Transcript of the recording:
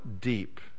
deep